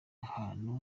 ahantu